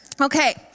Okay